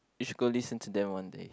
you should go listen to them one day